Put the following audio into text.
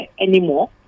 anymore